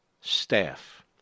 staff